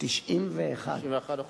91%;